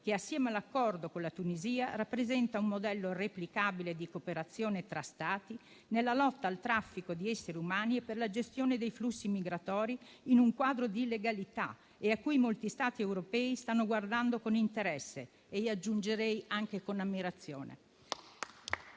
che, assieme all'accordo con la Tunisia, rappresenta un modello replicabile di cooperazione tra Stati nella lotta al traffico di esseri umani e per la gestione dei flussi migratori in un quadro di legalità e a cui molti Stati europei stanno guardando con interesse e - io aggiungerei - anche con ammirazione.